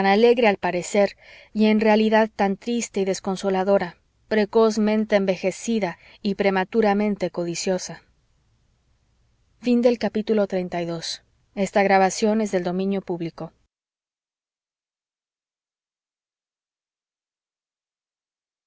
al parecer y en realidad tan triste y desconsoladora precozmente envejecida y prematuramente codiciosa xxxiii